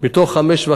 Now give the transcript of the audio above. מתוך 5.5